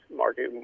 market